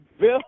Bill